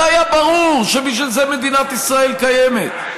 זה היה ברור שבשביל זה מדינת ישראל קיימת.